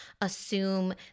assume